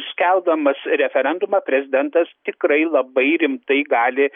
skelbdamas referendumą prezidentas tikrai labai rimtai gali